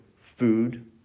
food